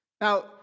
Now